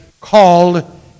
called